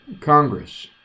Congress